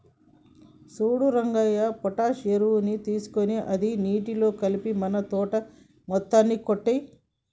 సూడు రంగయ్య పొటాష్ ఎరువుని తీసుకొని అది నీటిలో కలిపి మన తోట మొత్తానికి కొట్టేయి